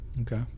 okay